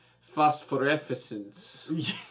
phosphorescence